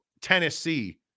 Tennessee